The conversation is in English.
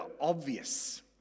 obvious